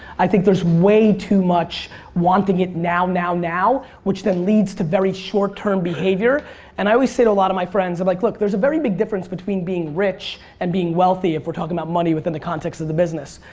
i think there's way too much wanting it now, now, now which then leads to very short-term behavior and i was say to a lot of my friends i'm like look there's a big difference between being rich and being wealthy if we're talking about money within the context of the business.